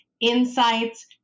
insights